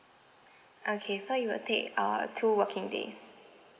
okay so it will take uh two working days